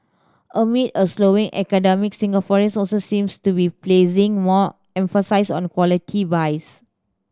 amid a slowing economy Singaporeans also seems to be placing more emphasis on quality buys